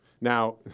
Now